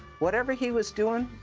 whatever he was doing,